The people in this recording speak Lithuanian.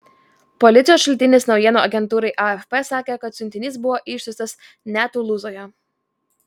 policijos šaltinis naujienų agentūrai afp sakė kad siuntinys buvo išsiųstas ne tulūzoje